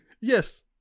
Yes